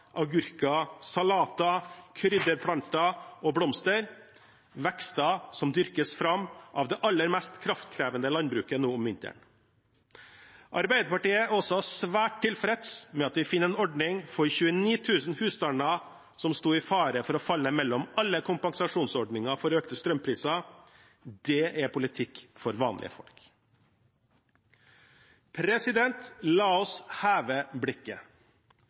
agurker, salater, krydderplanter og blomster – vekster som dyrkes fram av det aller mest kraftkrevende landbruket nå om vinteren. Arbeiderpartiet er også svært tilfreds med at vi finner en ordning for 29 000 husstander som sto i fare for å falle mellom alle kompensasjonsordninger for økte strømpriser. Det er politikk for vanlige folk. La oss heve blikket.